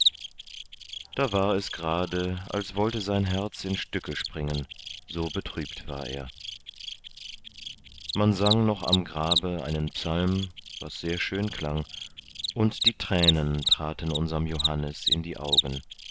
da war es gerade als wollte sein herz in stücke zerspringen so betrübt war er man sang noch am grabe einen psalm was sehr schön klang und die thränen traten unserm johannes in die augen